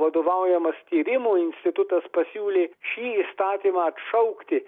vadovaujamas tyrimų institutas pasiūlė šį įstatymą atšaukti